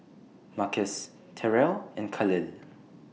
Marquis Terell and Kahlil